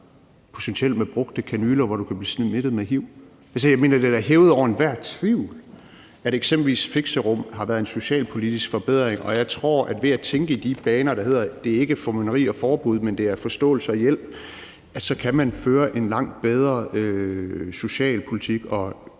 potentielt med brugte kanyler, hvor du kan blive smittet med hiv. Jeg mener, det da er hævet over enhver tvivl, at eksempelvis fixerum har været en socialpolitisk forbedring, og jeg tror, at ved at tænke i de baner, der hedder, at det ikke er formynderi og forbud, men at det er forståelse og hjælp, kan man føre en langt bedre socialpolitik og